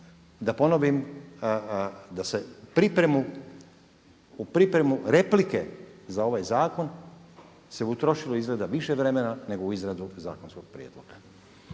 da ponovim da se pripremu, u pripremu replike za ovaj zakon se utrošilo izgleda više vremena nego u izradu zakonskog prijedloga.